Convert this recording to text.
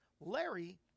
Larry